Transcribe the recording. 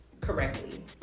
correctly